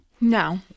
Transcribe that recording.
No